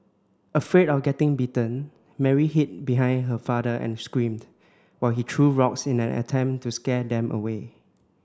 afraid of getting bitten Mary hid behind her father and screamed while he threw rocks in an attempt to scare them away